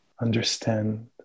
understand